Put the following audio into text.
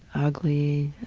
ugly.